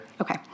Okay